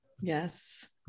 Yes